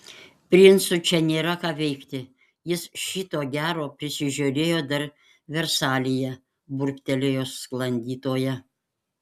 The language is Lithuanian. princui čia nėra ką veikti jis šito gero prisižiūrėjo dar versalyje burbtelėjo sklandytoja